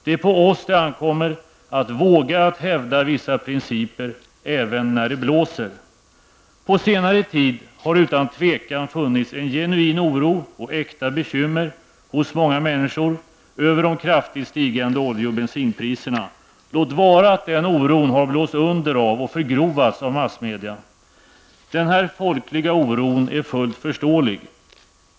Det är på oss det ankommer att våga att hävda vissa principer, även när det blåser. På senare tid har det utan tvivel funnits en genuin oro och äkta bekymmer hos många människor över de kraftigt stigande olje och bensinpriserna, låt vara att denna oro har blåsts under och förgrovats av massmedia. Denna folkliga oro är fullt förståelig.